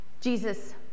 Jesus